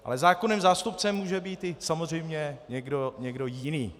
Ale zákonným zástupcem může být samozřejmě i někdo jiný.